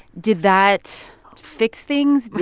did that fix things?